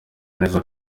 neza